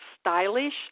stylish